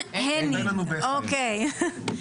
שתי דקות.